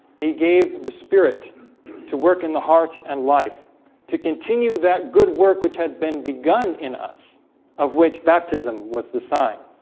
he gave the spirit to work in the heart and life to continue that good work which had been begun in us of which baptism was the sign?